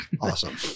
awesome